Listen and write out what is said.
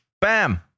Bam